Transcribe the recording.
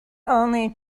only